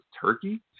Turkey